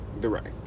direct